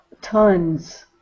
Tons